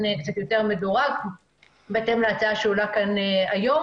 קצת יותר מדורג בהתאם להצעה שעולה פה היום.